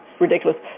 ridiculous